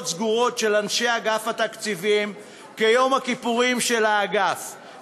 סגורות של אנשי אגף התקציבים כיום הכיפורים של האגף.